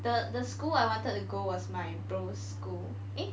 and then the school I wanted to go was my bro's school eh